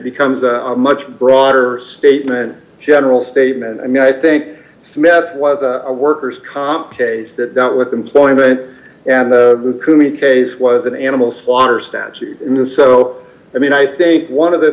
becomes a much broader statement general statement i mean i think it was a worker's comp case that dealt with employment and kumi case was an animal slaughter statute in the so i mean i think one of the